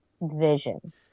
vision